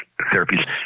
therapies